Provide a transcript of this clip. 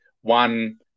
one